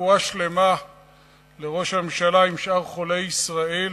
רפואה שלמה לראש הממשלה עם שאר חולי ישראל,